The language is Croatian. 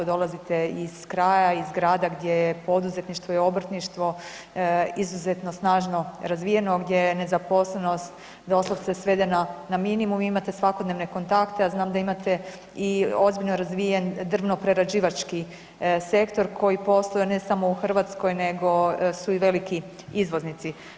Dolazite iz kraja iz grada gdje je poduzetništvo i obrtništvo izuzetno snažno razvijeno, gdje je nezaposlenost doslovce svedena na minimum i imate svakodnevne kontakte, a znam da imate i ozbiljno razvijen i drvnoprerađivački sektor koji posluje ne samo u Hrvatskoj nego su i veliki izvoznici.